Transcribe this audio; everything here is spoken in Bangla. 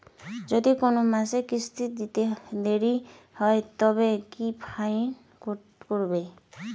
যদি কোন মাসে কিস্তি দিতে দেরি হয় তবে কি ফাইন কতহবে?